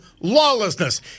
lawlessness